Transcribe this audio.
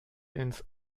ins